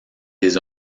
des